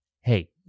hey